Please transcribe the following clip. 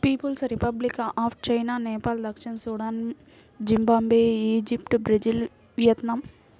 peoples Republic of China, Nepal దక్షిణ Sudan, Zimbabwe, Egypt, Brazil, Vietnam